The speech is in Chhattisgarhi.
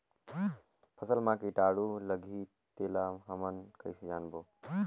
फसल मा कीटाणु लगही तेला हमन कइसे जानबो?